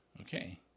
Okay